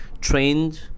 trained